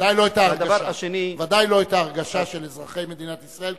ודאי לא את ההרגשה של אזרחי מדינת ישראל,